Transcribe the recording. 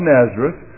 Nazareth